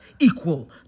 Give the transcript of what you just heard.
equal